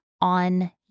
on